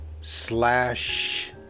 slash